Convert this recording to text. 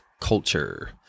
culture